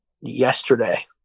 yesterday